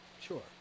Sure